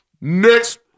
Next